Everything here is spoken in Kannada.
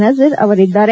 ನಜೀರ್ ಅವರಿದ್ದಾರೆ